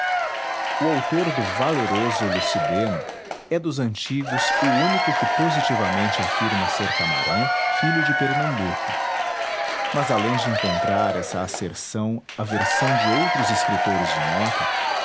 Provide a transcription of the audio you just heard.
o autor do valeroso lucideno é dos antigos o único que positivamente afirma ser camarão filho de pernambuco mas além de encontrar essa asserção a versão de outros escritores de nota